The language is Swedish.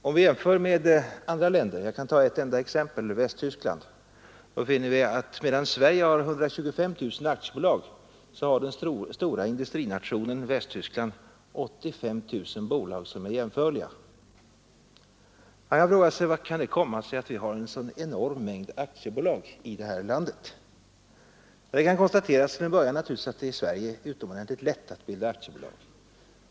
Om vi jämför dessa förhållanden med andra länders — jag tar ett enda exempel, Västtyskland — finner vi att medan Sverige har 125 000 aktiebolag har den stora industrinationen Västtyskland 85 000 bolag som är jämförliga. Man kan fråga hur det kan komma sig att vi har en sådan enorm mängd aktiebolag i det här landet. Till en början kan konstateras att det i Sverige naturligtvis är utomordentligt lätt att bilda aktiebolag.